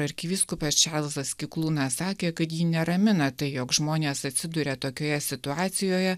arkivyskupas čarlzas kikluna sakė kad jį neramina tai jog žmonės atsiduria tokioje situacijoje